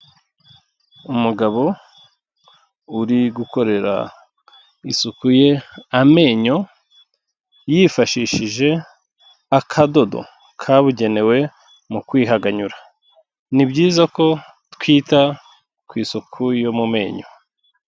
Umugabo uri gukorera isuku ye amenyo yifashishije akadodo kabugenewe mu kwihaganyura, ni byiza ko twita ku isuku yo mu menyo.